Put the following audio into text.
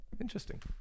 interesting